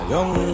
Young